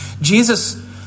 Jesus